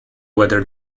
whether